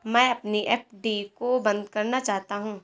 मैं अपनी एफ.डी को बंद करना चाहता हूँ